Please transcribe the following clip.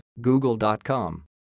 google.com